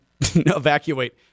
evacuate